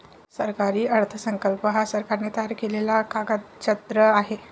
सरकारी अर्थसंकल्प हा सरकारने तयार केलेला कागदजत्र आहे